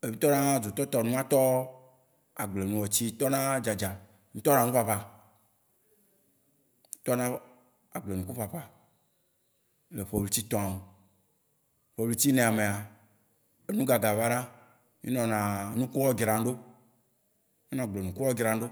wó tɔ na dzo tɔtɔ nu, atɔ agble ŋɔŋlɔ. Etsi tɔ na dza dza. Mí tɔ na nu ƒaƒa. Mí tɔ na agble nuku ƒaƒa le ƒe ɣleti etɔa me. Ƒe ɣleti enea mea, enu gaga va na. Mí nɔ na nukua wó dzram ɖo. Mí nɔa agble nukua wó dzram ɖo.